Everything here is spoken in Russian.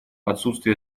отсутствия